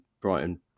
Brighton